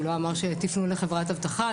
הוא לא אמר שתפנו לחברת אבטחה,